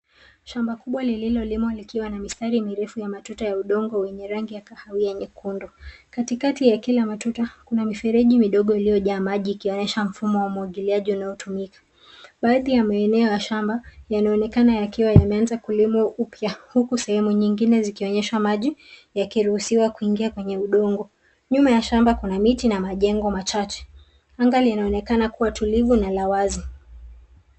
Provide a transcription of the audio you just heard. Shamba kubwa lililo limwa likiwa na mistari mirefu ya matuta ya udongo wenye rangi ya kahawia nyekundu. Katikati ya kila matuta kuna mifereji midogo iliyojaa maji ikionyesha mfumo wa umwagiliaji unaotumika. Baadhi ya maeneo ya shamba yanaonekana yakiwa yameanza kulimwa upya huku sehemu nyingine zikionyesha maji yakiruhusiwa kuingia kwenye udongo. Nyuma ya shamba kuna miti na majengo machache. Anga linaonekana kuwa tulivu na la wazi.